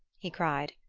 he cried,